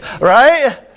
Right